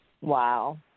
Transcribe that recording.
Wow